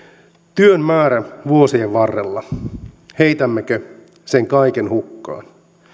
työn määrä vuosien varrella heitämmekö sen kaiken hukkaan